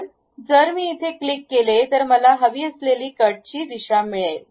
तर जर मी क्लिक केले तर मला हवी असलेली कट ची दिशा मिळेल